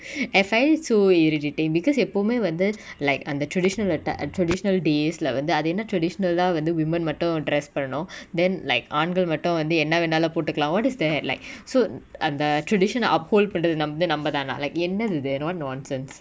eh find it so irritating because எப்போவுமே வந்து:eppovume vanthu like அந்த:antha traditional at a a traditional days lah வந்து அது என்ன:vanthu athu enna tradition lah வந்து:vanthu women மட்டு:mattu dress பன்னணு:pannanu then like ஆண்கள் மட்டு வந்து என்ன வேணாலு போட்டுகலா:aankal mattu vanthu enna venalu potukala what is the headline so அந்த:antha tradition ah uphold பன்றது நம்து நம்மதானா:panrathu namthu nammathana like என்னதிது:ennathithu non nonsense